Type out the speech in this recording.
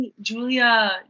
Julia